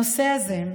הנושא הזה,